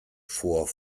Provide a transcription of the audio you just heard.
vor